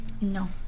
No